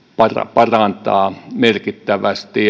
parantaa merkittävästi